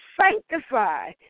sanctify